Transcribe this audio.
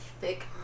thick